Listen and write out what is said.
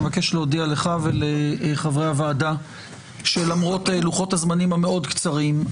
אני מבקש להודיע לך ולחברי הוועדה שלמרות לוחות-הזמנים המאוד קצרים,